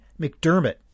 McDermott